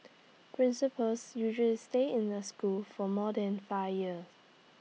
principals usually stay in the school for more than five years